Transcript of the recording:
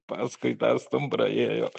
paskui tą stumbrą ėjo